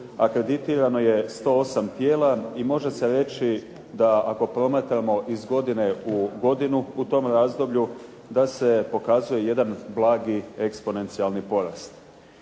akreditirano je 108 tijela. I može se reći da ako promatramo iz godine u godinu u tom razdoblju da se pokazuje jedan blagi eksponencijalni porast.